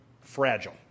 fragile